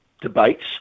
debates